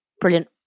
Brilliant